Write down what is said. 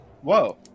Whoa